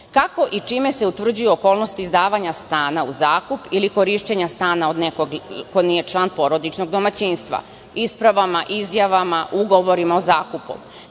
kako i čime se utvrđuje okolnost izdavanja stana u zakup ili korišćenja stana od nekog ko nije član porodičnog domaćinstva, ispravama, izjavama, ugovorima, zakupom,